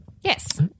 Yes